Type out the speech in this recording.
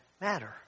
matter